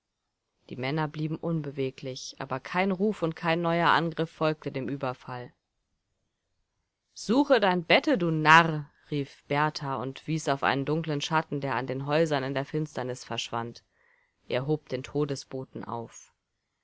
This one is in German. die männer blieben unbeweglich aber kein ruf und kein neuer angriff folgte dem überfall suche dein bette du narr rief berthar und wies auf einen dunklen schatten der an den häusern in der finsternis verschwand er hob den todesboten auf